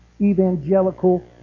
evangelical